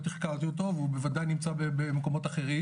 תחקרתי אותו והוא בוודאי נמצא במקומות אחרים,